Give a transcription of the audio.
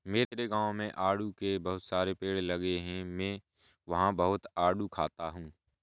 मेरे गाँव में आड़ू के बहुत सारे पेड़ लगे हैं मैं वहां बहुत आडू खाता हूँ